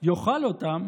יאכל אותם,